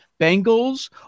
Bengals